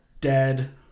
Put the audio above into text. Dead